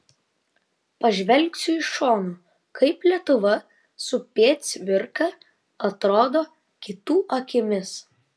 pažvelgsiu iš šono kaip lietuva su p cvirka atrodo kitų akimis